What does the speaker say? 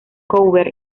cover